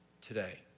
today